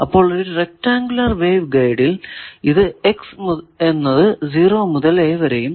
അപ്പോൾ ഒരു rectangular wave ഗൈഡിൽ ഇത് x എന്നത് 0 മുതൽ a വരെയും